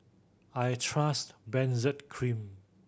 I trust Benzac Cream